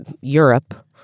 Europe